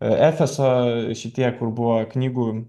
efeso šitie kur buvo knygų